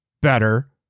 better